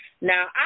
Now